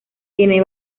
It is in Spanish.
tiene